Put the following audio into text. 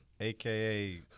aka